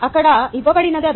అక్కడ ఇవ్వబడినది అదే